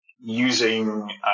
using